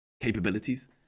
capabilities